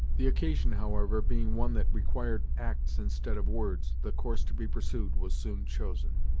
the occasion, however, being one that required acts instead of words, the course to be pursued was soon chosen.